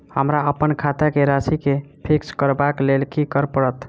हमरा अप्पन खाता केँ राशि कऽ फिक्स करबाक लेल की करऽ पड़त?